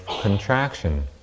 contraction